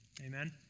Amen